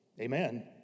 Amen